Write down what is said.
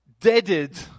deaded